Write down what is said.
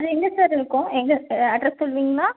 அது எங்கே சார் இருக்கும் எங்கே சா அட்ரஸ் சொல்லுவீங்களா